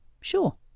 Sure